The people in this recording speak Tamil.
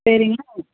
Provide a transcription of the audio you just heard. சரிங்க